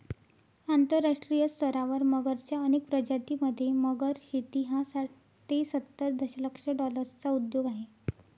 आंतरराष्ट्रीय स्तरावर मगरच्या अनेक प्रजातीं मध्ये, मगर शेती हा साठ ते सत्तर दशलक्ष डॉलर्सचा उद्योग आहे